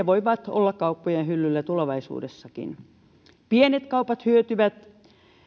voivat olla kauppojen hyllyillä tulevaisuudessakin pienet kaupat hyötyvät